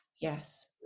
Yes